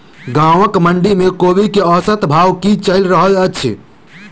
गाँवक मंडी मे कोबी केँ औसत भाव की चलि रहल अछि?